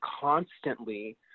constantly